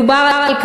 מדובר על שינוי.